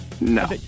No